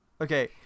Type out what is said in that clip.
Okay